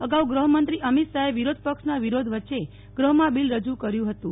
અગાઉ ગૃહ મંત્રી અમિત શાહે વિરોધપક્ષના વિરોધ વચ્ચે ગૃહમાં બિલ રજૂ કર્યું હતું